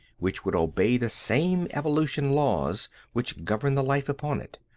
which would obey the same evolutional laws which govern the life upon it.